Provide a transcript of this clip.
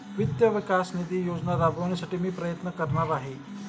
वित्त विकास निधी योजना राबविण्यासाठी मी प्रयत्न करणार आहे